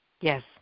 Yes